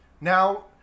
now